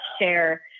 share